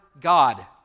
God